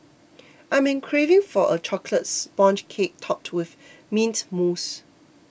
I'm craving for a Chocolate Sponge Cake Topped with Mint Mousse